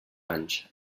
anys